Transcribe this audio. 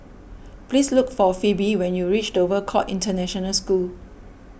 please look for Phebe when you reach Dover Court International School